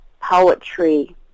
poetry